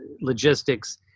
logistics